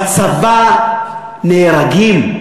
בצבא נהרגים.